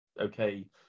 okay